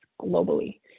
globally